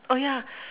oh yeah